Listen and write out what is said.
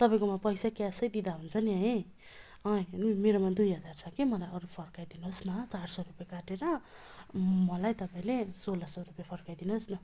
तपाईँकोमा पैसा क्यास दिँदा हुन्छ नि है हेर्नु न मेरोमा दुई हजार छ कि मलाई अरू फर्काइदिनु होस् न चार सय रुपे काटेर मलाई तपाईँले सोह्र सय रुपे फर्काइदिनु होस् न